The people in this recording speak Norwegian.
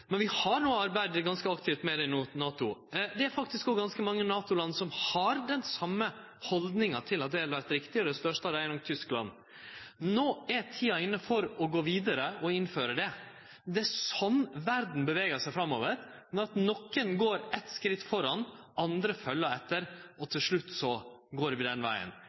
Men vi har no arbeidd ganske aktivt med det i NATO. Det er faktisk òg ganske mange NATO-land som har den same haldninga til at det vert riktig, og det største av dei er nok Tyskland. No er tida inne for å gå vidare og innføre det. Det er sånn verda bevegar seg framover: Nokon går eitt steg framfor, andre følgjer etter, og til slutt går vi den vegen.